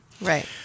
Right